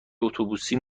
اتوبوسی